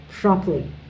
properly